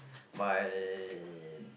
my